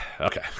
Okay